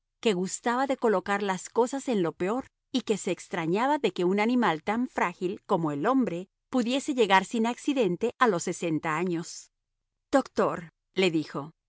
que gustaba de colocar las cosas en lo peor y que se extrañaba de que un animal tan frágil como el hombre pudiese llegar sin accidente a los sesenta años doctor le dijo